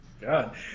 God